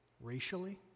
racially